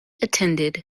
attended